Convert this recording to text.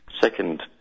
Second